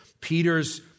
Peter's